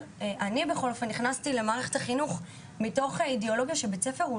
אני נכנסתי למערכת החינוך מתוך אידיאולוגיה שבית הספר הוא